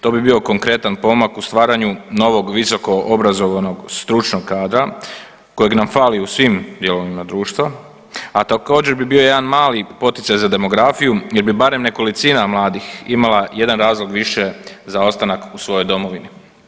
To bi bio konkretan pomak u stvaranju novog visoko obrazovanog stručnog kadra kojeg nam fali u svim dijelovima društva, a također bi bio jedan mali poticaj za demografiju jer bi barem nekolicina mladih imala jedan razlog više za ostanak u svojoj domovini.